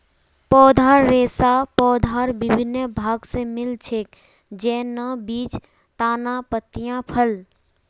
पौधार रेशा पौधार विभिन्न भाग स मिल छेक, जैन न बीज, तना, पत्तियाँ, फल